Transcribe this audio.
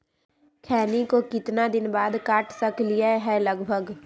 खैनी को कितना दिन बाद काट सकलिये है लगभग?